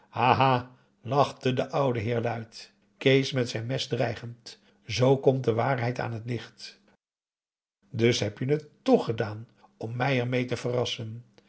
lachte de oude heer luid kees met zijn mes dreigend zoo komt de waarheid aan het licht p a daum hoe hij raad van indië werd onder ps maurits dus heb je het toch gedaan om me ermeê te verrassen